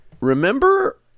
Remember